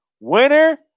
Winner